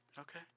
Okay